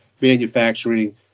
manufacturing